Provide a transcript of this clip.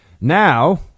Now